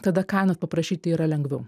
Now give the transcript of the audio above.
tada kainos paprašyti yra lengviau